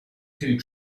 two